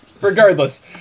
regardless